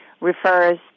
refers